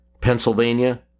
Pennsylvania